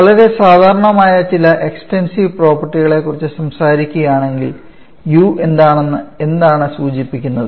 വളരെ സാധാരണമായ ചില എക്സ്ടെൻസീവ് പ്രോപ്പർട്ടിയെക്കുറിച്ച് സംസാരിക്കുകയാണെങ്കിൽ U എന്താണ് സൂചിപ്പിക്കുന്നത്